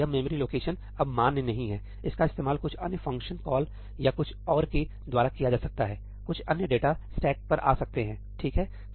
यह memory location अब मान्य नहीं है इसका इस्तेमाल कुछ अन्य फंक्शन कॉल या कुछ और के द्वारा किया जा सकता है कुछ अन्य डेटास्टैक पर आ सकते हैं ठीक है